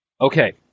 Okay